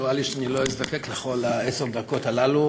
נראה לי שאני לא אזדקק לכל עשר הדקות האלה.